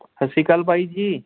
ਸਤਿ ਸ਼੍ਰੀ ਅਕਾਲ ਬਾਈ ਜੀ